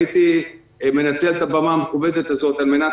הייתי מנצל את הבמה המכובדת הזאת על מנת